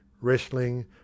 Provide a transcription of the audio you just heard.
wrestling